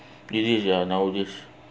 this is ya nowadays